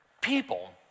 people